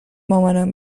مامانم